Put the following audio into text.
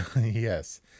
yes